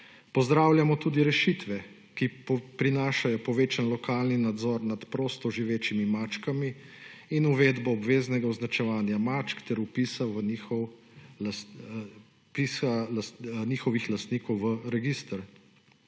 Pozdravljamo tudi rešitve, ki prinašajo povečan lokalni nadzor nad prosto živečimi mačkami in uvedbo obveznega označevanja mačk ter vpisa njihovih lastnikov v register.